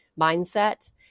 mindset